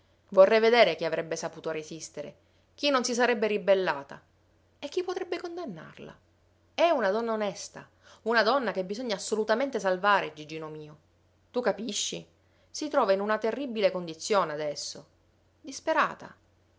vorrei vedere chi avrebbe saputo resistere chi non si sarebbe ribellata e chi potrebbe condannarla è una donna onesta una donna che bisogna assolutamente salvare gigino mio tu capisci si trova in una terribile condizione adesso disperata